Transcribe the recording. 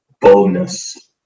boldness